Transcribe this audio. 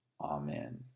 Amen